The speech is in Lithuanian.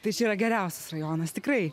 tai čia yra geriausias rajonas tikrai